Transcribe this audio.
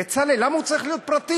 בצלאל, למה הוא צריך להיות פרטי?